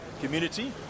community